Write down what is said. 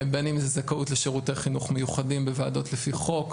בין אם זה זכאות לשירותי חינוך מיוחדים בוועדות לפי חוק,